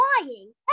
lying